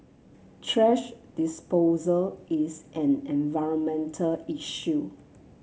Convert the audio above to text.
thrash disposal is an environmental issue